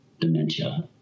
dementia